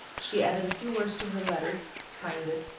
she added a few words to her letter, signed it,